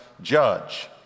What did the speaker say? judge